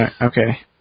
Okay